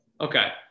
Okay